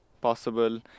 possible